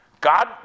God